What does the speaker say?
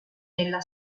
nella